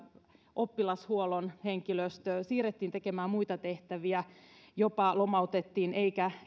oppilashuollon henkilöstöä siirrettiin tekemään muita tehtäviä jopa lomautettiin eikä